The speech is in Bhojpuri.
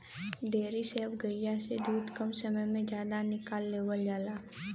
डेयरी से अब गइया से दूध कम समय में जादा निकाल लेवल जाला